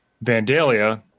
Vandalia